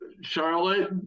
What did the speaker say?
Charlotte